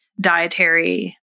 dietary